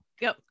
Go